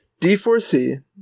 D4C